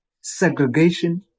segregation